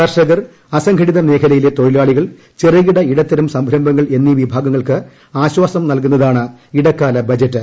കർഷകർ അസംഘടീത്മേഖലയിലെ തൊഴിലാളികൾ ചെറുകിട ഇടത്തരം സംരംഭങ്ങൾ എന്നീവിഭാഗങ്ങൾക്ക് ആശ്വാസം നൽകുന്നതാണ് ഇടക്കാല ബജറ്റ്